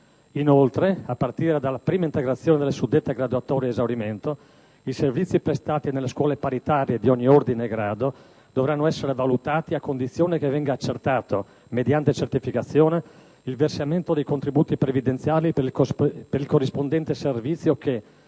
inoltre, a partire dalla prima integrazione delle suddette graduatorie ad esaurimento, che i servizi prestati nelle scuole paritarie di ogni ordine e grado dovranno essere valutati a condizione che venga accertato, mediante certificazione, il versamento dei contributi previdenziali per il corrispondente servizio che,